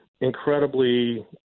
incredibly